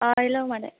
अ' hello मादै